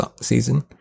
season